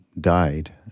died